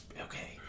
Okay